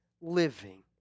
living